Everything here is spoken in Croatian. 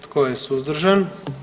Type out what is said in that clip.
Tko je suzdržan?